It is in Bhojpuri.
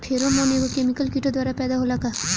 फेरोमोन एक केमिकल किटो द्वारा पैदा होला का?